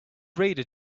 reader